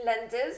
lenses